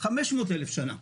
500,000 שנה.